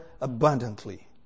abundantly